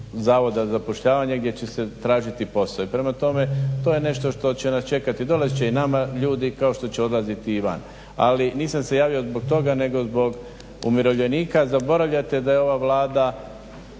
zavoda za zapošljavanje gdje će se tražiti posao. I prema tome to je nešto što će nas čekati, dolazit će i nama ljudi kao što će odlaziti i van. Ali nisam se javio zbog toga, nego zbog umirovljenika. Zaboravljate da je ova Vlada